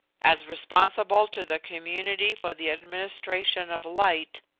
as responsible to the community for the administration of light,